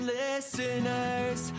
listeners